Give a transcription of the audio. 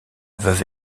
veuve